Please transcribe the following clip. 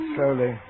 Slowly